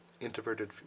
introverted